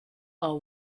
are